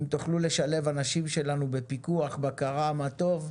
אם תוכלו לשלב אנשים שלנו בפיקוח ובקרה מה טוב.